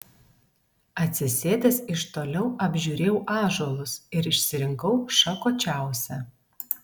atsisėdęs iš toliau apžiūrėjau ąžuolus ir išsirinkau šakočiausią